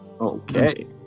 Okay